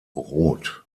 rot